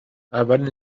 اولین